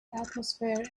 atmosphere